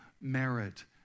merit